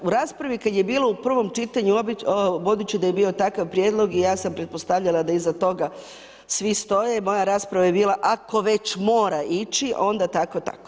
U raspravi kad je bilo u prvom čitanju, budući da je bio takav prijedlog i ja sam pretpostavljala da iza toga svi stoje i moja rasprava je bila ako već mora ići onda tako, tako.